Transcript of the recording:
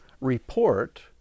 report